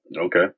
Okay